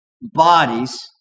bodies